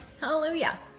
hallelujah